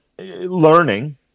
learning